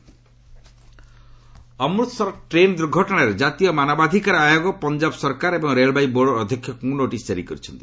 NHRC train accident Amritsar train ଦୁର୍ଘଟଣାରେ କାତୀୟ ମାନବାଧିକାର ଆୟୋଗ ପଞ୍ଜାବ ସରକାର ଏବଂ ରେଳବାଇ ବୋର୍ଡ ଅଧ୍ୟକ୍ଷଙ୍କୁ ନୋଟିସ୍ ଜାରି କରିଛନ୍ତି